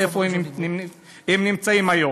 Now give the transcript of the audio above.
איפה הם נמצאים היום.